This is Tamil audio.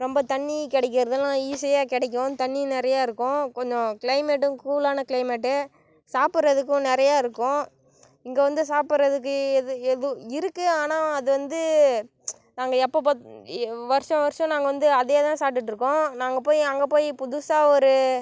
ரொம்ப தண்ணி கிடைக்கறதுலா ஈஸியாக கிடைக்கும் தண்ணி நிறையா இருக்கும் கொஞ்சம் க்ளைமேட்டும் கூலான க்ளைமேட்டு சாப்படறதுக்கும் நிறையா இருக்கும் இங்கே வந்து சாப்படறதுக்கு எது எது இருக்குது ஆனால் அது வந்து நாங்கள் எப்போ வருஷா வருஷம் நாங்கள் வந்து அதேதான் சாப்பிட்டுட்டு இருக்கோம் நாங்கள் போய் அங்கே போய் புதுசாக ஒரு